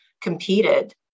competed